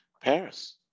Paris